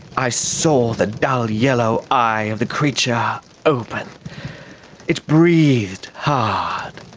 i saw the dull yellow eye of the creature open it breathed hard,